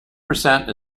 percent